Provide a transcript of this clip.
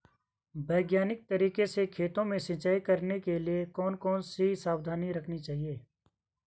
वैज्ञानिक तरीके से खेतों में सिंचाई करने के लिए कौन कौन सी सावधानी रखनी चाहिए?